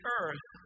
earth